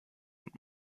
und